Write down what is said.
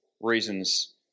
reasons